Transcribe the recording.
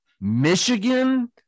Michigan